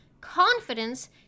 confidence